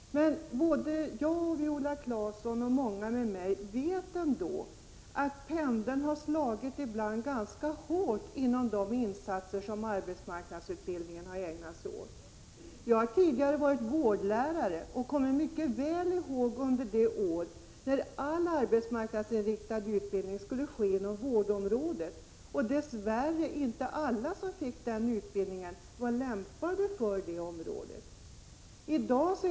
Både jag, Viola Claesson och många andra vet att pendeln slagit över ganska långt när det gäller de insatser som gjorts inom arbetsmarknadsutbildningen. Jag har tidigare varit vårdlärare och kommer mycket väl ihåg de år när all arbetsmarknadsinriktad utbildning skulle ske inom vårdområdet. Dess värre var inte alla som fick den utbildningen lämpade för det arbetet.